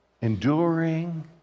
enduring